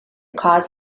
cause